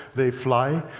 they fly,